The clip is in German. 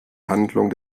handlung